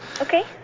Okay